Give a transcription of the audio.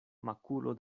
makulo